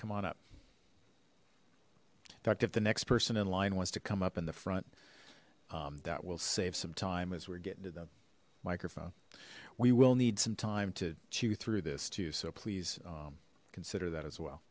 come on up doctor if the next person in line wants to come up in the front that will save some time as we're getting to the microphone we will need some time to chew through this too so please consider that as well